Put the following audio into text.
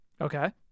Okay